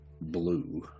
blue